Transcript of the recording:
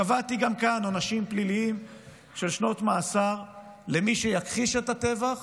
קבעתי גם כאן עונשים פליליים של שנות מאסר למי שיכחיש את הטבח